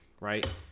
right